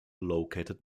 located